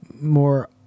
More